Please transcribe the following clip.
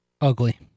Ugly